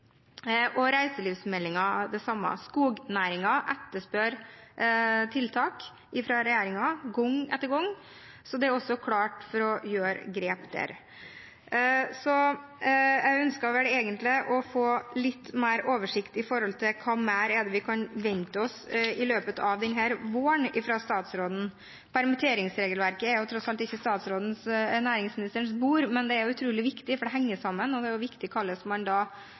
det samme med reiselivsmeldingen. Skognæringen etterspør tiltak fra regjeringen gang etter gang, så det er også klart for å gjøre grep der. Så jeg ønsker vel egentlig å få litt mer oversikt over hva mer vi kan vente oss i løpet av denne våren fra statsråden. Permitteringsregelverket er ikke næringsministerens bord, men det er tross alt utrolig viktig, for det henger sammen, og det er viktig hvordan man da